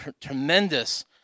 tremendous